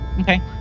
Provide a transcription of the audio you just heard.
Okay